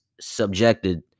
subjected